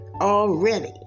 already